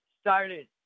started